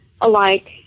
alike